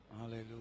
Hallelujah